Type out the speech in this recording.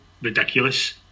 Ridiculous